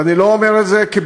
ואני לא אומר את כביקורת,